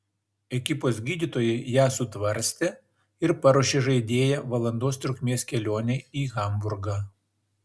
ekipos gydytojai ją sutvarstė ir paruošė žaidėją valandos trukmės kelionei į hamburgą